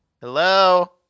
Hello